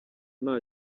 nta